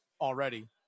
already